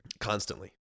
constantly